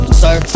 sir